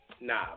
nah